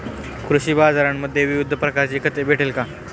कृषी बाजारांमध्ये विविध प्रकारची खते भेटेल का?